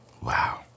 Wow